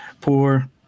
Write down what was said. poor